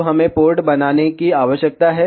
अब हमें पोर्ट बनाने की आवश्यकता है